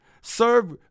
serve